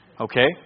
Okay